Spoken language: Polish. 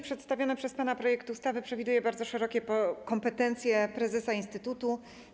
Przedstawiony przez pana projekt ustawy przewiduje bardzo szerokie kompetencje prezesa instytutu.